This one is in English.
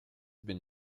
been